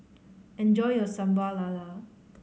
enjoy your Sambal Lala